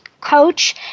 coach